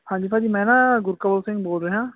ਹਾਂਜੀ ਭਾਅ ਜੀ ਮੈਂ ਨਾ ਗੁਰਕਵਲ ਸਿੰਘ ਬੋਲ ਰਿਹਾਂ